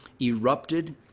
erupted